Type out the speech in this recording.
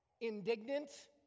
indignant